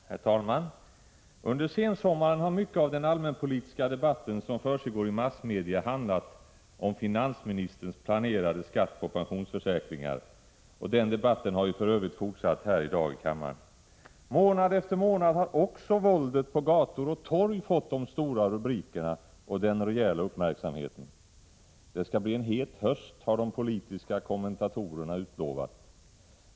Herr talman! Under sensommaren har mycket av den allmänpolitiska debatt som försiggår i massmedia handlat om finansministerns planerade skatt på pensionsförsäkringar. Den debatten har för övrigt fortsatt här i dag i kammaren. Månad efter månad har också våldet på gator och torg fått de stora rubrikerna och den rejäla uppmärksamheten. Det skall bli en het höst, har de politiska kommentatorerna utlovat.